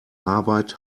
arbeit